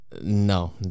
No